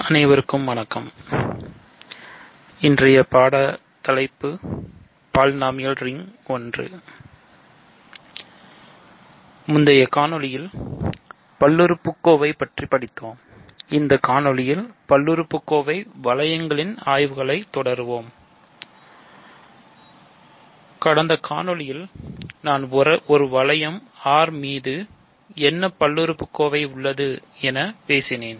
அனைவருக்கும் வணக்கம் முந்தைய காணொளியில் பல்லுறுப்புக்கோவை பற்றி படித்தோம் இந்த காணொளியில் பல்லுறுப்புக்கோவை வளையங்களின் ஆய்வைத் தொடரலாம் கடந்த காணொளியில் R மீது என்ன பல்லுறுப்புக்கோவை உள்ளது என பேசினார்